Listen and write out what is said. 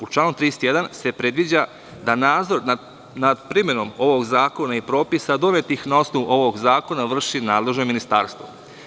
U članu 31. se predviđa da nadzor nad primenom ovog zakona i propisa donetih na osnovu ovog zakona vrši nadležno ministarstvo.